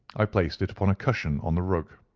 i placed it upon a cushion on the rug.